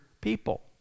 people